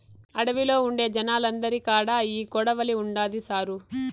అడవిలో ఉండే జనాలందరి కాడా ఈ కొడవలి ఉండాది సారూ